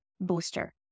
booster